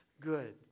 good